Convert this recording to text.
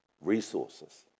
resources